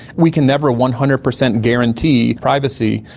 we can never one hundred percent guarantee privacy,